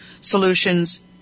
solutions